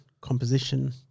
composition